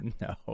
No